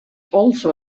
also